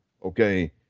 Okay